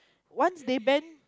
once they ban